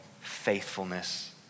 faithfulness